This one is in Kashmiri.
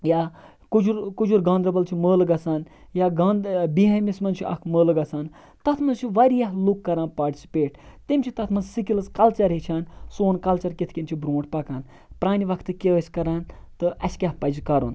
یا کُجُر کُجُر گاندَربَل چھُ مٲلہٕ گَژھان یا گانٛد بیٖہٲمِس مَنٛز چھُ اَکھ مٲلہٕ گَژھان تَتھ مَنٛز چھِ واریاہ لُکھ کَران پاٹِسِپیٹ تِم چھِ تَتھ مَنٛز سِکِلز کَلچَر ہیٚچھان سون کَلچَر کِتھ کنۍ چھُ برونٛٹھ پَکان پرانہِ وَقتہٕ کیاہ ٲسۍ کَران تہٕ اَسہِ کیاہ پَزِ کَرُن